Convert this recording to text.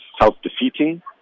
self-defeating